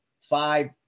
five